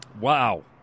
wow